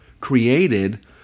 created